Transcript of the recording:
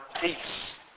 peace